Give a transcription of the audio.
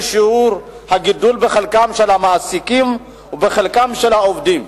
שיעור הגידול בחלקם של המעסיקים ובחלקם של העובדים: